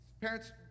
Parents